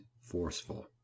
forceful